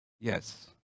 Yes